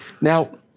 Now